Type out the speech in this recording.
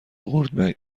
قورت